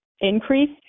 increase